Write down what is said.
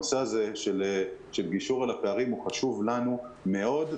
הנושא הזה של גישור על הפערים חשוב לנו מאוד,